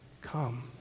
come